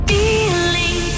Feeling